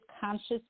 conscious